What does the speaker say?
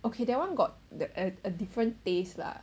okay that one got the a a different taste lah